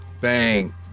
bang